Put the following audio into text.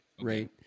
right